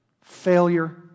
Failure